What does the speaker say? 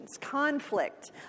Conflict